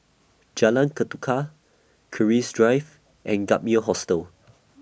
Jalan Ketuka Keris Drive and Gap Year Hostel